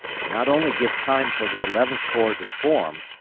and not only give time for the eleventh corps to form,